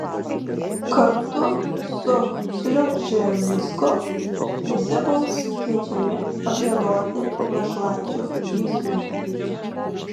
kartu su sliužinsku visi bus kviečiami pagiedoti našlaičių giesmių